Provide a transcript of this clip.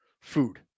food